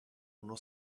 uno